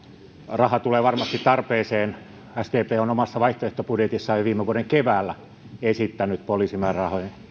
raha tulee varmasti tarpeeseen sdp on omassa vaihtoehtobudjetissaan jo viime vuoden keväällä esittänyt poliisimäärärahojen